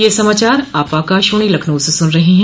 ब्रे क यह समाचार आप आकाशवाणी लखनऊ से सुन रहे हैं